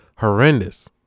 horrendous